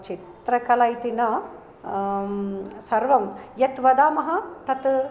चित्रकला इति न सर्वं यत् वदामः तत्